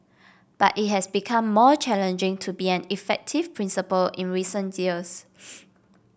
but it has become more challenging to be an effective principal in recent years